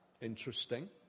interesting